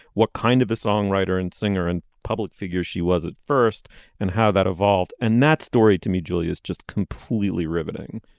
what kind of a songwriter and singer and public figure she was at first and how that evolved and that story to me julia's just completely riveting